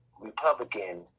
Republican